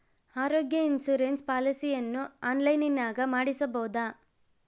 ಆರೋಗ್ಯ ಇನ್ಸುರೆನ್ಸ್ ಪಾಲಿಸಿಯನ್ನು ಆನ್ಲೈನಿನಾಗ ಮಾಡಿಸ್ಬೋದ?